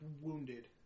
wounded